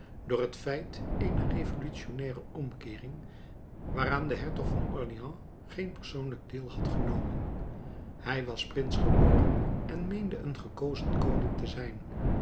door het feit eener revolutionnaire omkeering waaraan de hertog van orleans geen persoonlijk deel had genomen hij was prins geboren en meende een gekozen koning te zijn